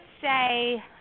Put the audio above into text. say